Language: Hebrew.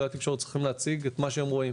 כלי התקשורת צריכים להציג את מה שהם רואים.